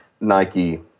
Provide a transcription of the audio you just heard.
Nike